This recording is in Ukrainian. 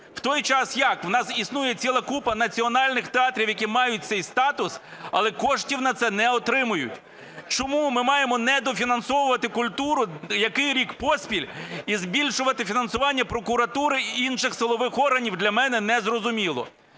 В той час як, у нас існує ціла купа національних театрів, які мають цей статус, але коштів на це не отримують. Чому ми маємо недофінансовувати культуру який рік поспіль і збільшувати фінансування прокуратури, і інших силових органів – для мене незрозуміло.